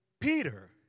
Peter